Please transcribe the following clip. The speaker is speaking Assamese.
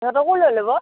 সিহঁতকো লৈ ল'ব